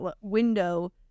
window